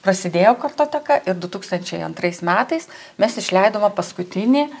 prasidėjo kartoteka ir du tūkstančiai antrais metais mes išleidome paskutinį